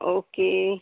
okay